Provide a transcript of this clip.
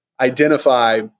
identify